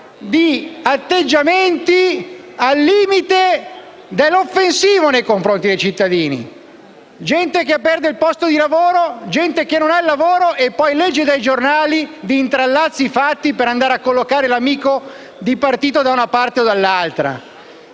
di atteggiamenti al limite dell'offensivo nei confronti dei cittadini. Gente che perde o che non ha il posto di lavoro e poi legge dai giornali di intrallazzi fatti per collocare l'amico di partito da una parte o dall'altra.